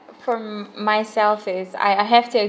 for myself is I I have to